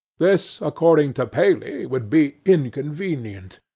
this, according to paley, would be inconvenient.